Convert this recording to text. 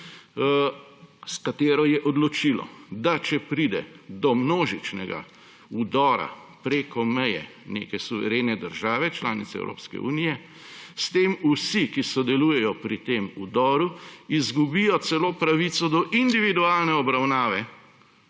s katero je odločilo, da če pride do množičnega vdora preko meje neke suverene države članice Evropske unije, s tem vsi, ki sodelujejo pri tem vdoru, izgubijo celo pravico do individualne obravnave